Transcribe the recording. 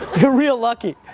you're real lucky.